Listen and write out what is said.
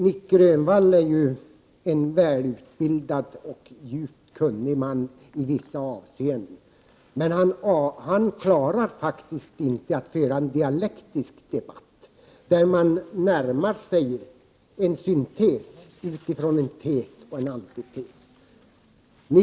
Nic Grönvall är ju en välutbildad och djupt kunnig man i vissa avseenden, men han klarar faktiskt inte att föra en dialektisk debatt där man närmar sig en syntes från en tes och en antites.